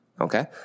Okay